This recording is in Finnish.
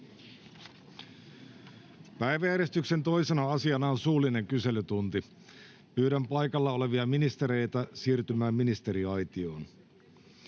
Päiväjärjestyksen 2. asiana on suullinen kyselytunti. Pyydän paikalla olevia ministereitä siirtymään ministeriaitioon.